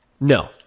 no